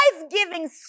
life-giving